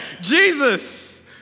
Jesus